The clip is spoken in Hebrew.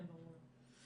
כן ברור לנו.